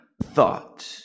thought